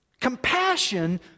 compassion